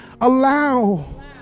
allow